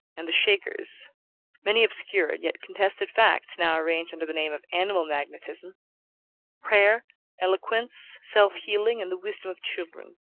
and the shakers many obscure and yet contested facts, now arranged under the name of animal magnetism prayer eloquence self-healing and the wisdom of children.